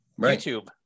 YouTube